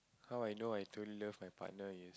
how I know I don't love my partner you